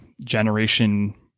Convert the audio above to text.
Generation